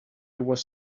was